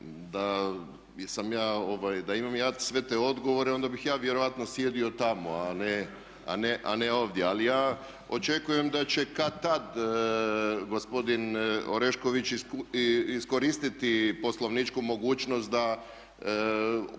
da imam ja sve te odgovore onda bih ja vjerojatno sjedio tamo, a ne ovdje. Ali ja očekujem da će kad-tad gospodin Orešković iskoristiti poslovničku mogućnost da